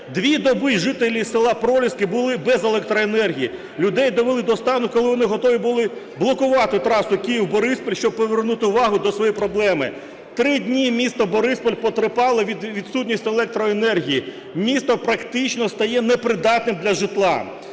дві доби жителі села Проліски були без електроенергії, людей довели до стану, коли вони готові були блокувати трасу Київ-Бориспіль, щоб привернути увагу до своєї проблеми. Три дні місто Бориспіль потерпало від відсутності електроенергії. Місто практично стає непридатним для житла.